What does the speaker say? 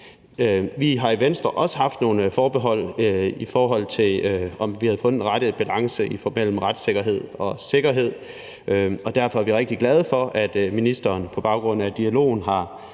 Vi har i Venstre også haft nogle forbehold, i forhold til om vi havde fundet den rette balance mellem retssikkerhed og sikkerhed. Derfor vi rigtig glade for, at ministeren på baggrund af dialogen har